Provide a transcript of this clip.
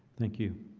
thank you.